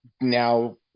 now